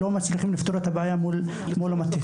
לא מצליחים לפתור את הבעיה הזאת אל מול המטה.